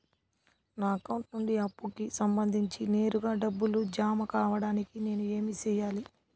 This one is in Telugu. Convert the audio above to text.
నా అకౌంట్ నుండి అప్పుకి సంబంధించి నేరుగా డబ్బులు జామ కావడానికి నేను ఏమి సెయ్యాలి?